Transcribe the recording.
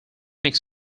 mix